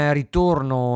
ritorno